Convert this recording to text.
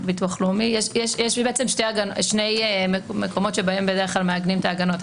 יש שני מקומות שבהם בדרך כלל מעגנים את ההגנות: